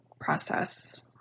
process